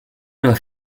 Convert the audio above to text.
doit